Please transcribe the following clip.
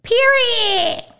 Period